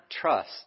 trust